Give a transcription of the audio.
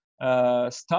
Start